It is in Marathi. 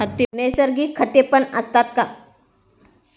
नैसर्गिक खतेपण असतात का?